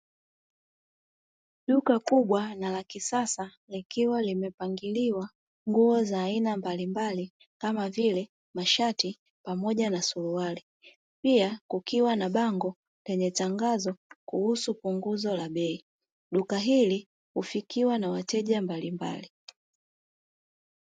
Duka kubwa na la kisasa likiwa limepangiliwa nguo za aina mbalimbali kama vile, mashati pamoja suruali pia kukiwa na bango lenye tangazo kuhusu punguzo la bei. Duka hili hufikiwa na wateja mbalimbali.